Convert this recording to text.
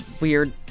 weird